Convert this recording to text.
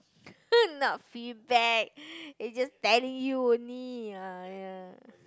not feedback it's just telling you only ah ya